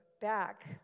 back